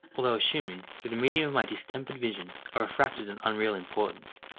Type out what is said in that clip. although assuming, through the medium of my distempered vision, a refracted and unreal importance.